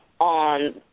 on